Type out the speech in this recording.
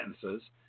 Sentences